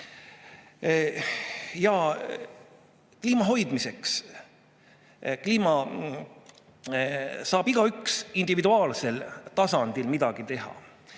Kliima hoidmiseks saab igaüks individuaalsel tasandil midagi teha.